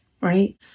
right